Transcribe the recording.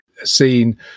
seen